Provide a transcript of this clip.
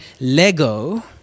lego